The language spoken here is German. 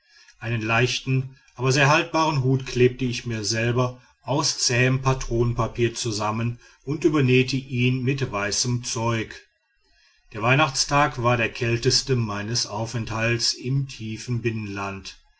einen leichten aber sehr haltbaren hut klebte ich mir selber aus zähem patronenpapier zusammen und übernähte ihn mit weißem zeug der weihnachtstag war der kälteste meines aufenthalts im tiefern binnenland